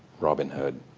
robin hood,